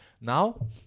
now